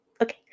Okay